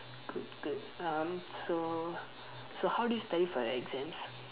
good good um so so how do you study for your exams